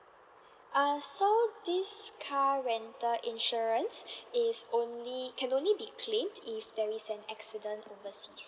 uh so this car rental insurance is only can only be claimed if there is an accident overseas